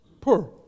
poor